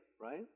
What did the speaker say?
right